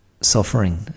suffering